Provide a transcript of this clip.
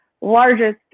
largest